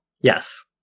Yes